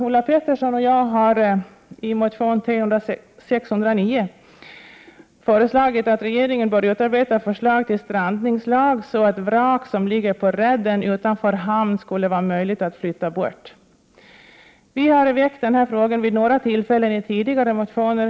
Ulla Pettersson och jag yrkar i motion T609 att regeringen bör utarbeta förslag till strandningslag. Vi menar att det skulle vara möjligt att flytta på vrak som ligger på redden utanför en hamn. Vi har tagit upp denna fråga några gånger tidigare i motioner.